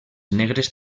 negres